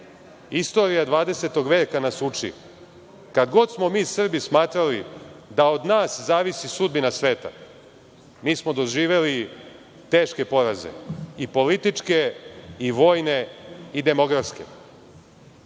Istorija 20. veka nas uči, kad god smo mi Srbi smatrali da od nas zavisi sudbina sveta, mi smo doživeli teške poraze i političke, i vojne, i demografske. Junače